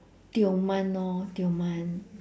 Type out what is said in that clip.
tioman lor tioman